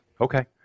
Okay